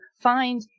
find